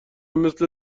مثل